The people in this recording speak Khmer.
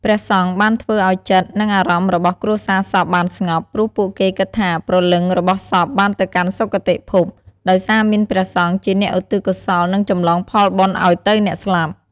ព្រះសង្ឃបានធ្វើឲ្យចិត្ត និងអារម្មណ៍របស់គ្រួសារសពបានស្ងប់ ព្រោះពួកគេគិតថាប្រលឹងរបស់សពបានទៅកាន់សុគតិភព ដោយសារមានព្រះសង្ឃជាអ្នកឧទ្ទិសកុសល និងចម្លងផលបុណ្យឲ្យទៅអ្នកស្លាប់។